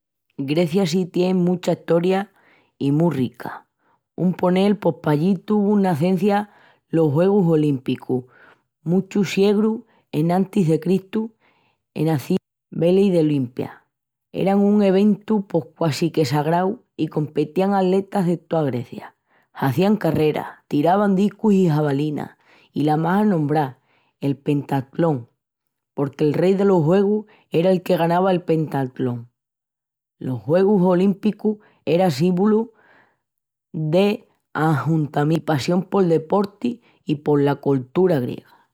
Grecia sí que tien mucha Estoria i mu rica. Un ponel, pos pallí tuvun nacencia los Juegus Olímpicus, muchus siegrus enantis de Cristu, ena ciá, veleí, d'Olimpia. Eran un eventu pos quasi que sagrau i competían aletas de toa Grecia. Hazían carreras, tiravan discu i javalina i, la más anombrá, el pentatlón, porque el rei delos Juegus era'l que ganava el Pentatlón. Los juegus Olimpicus eran símbolu d'ajuntamientu i passión pol deporti i pola coltura griega.